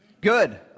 Good